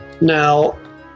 Now